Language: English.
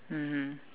mmhmm